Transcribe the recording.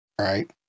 Right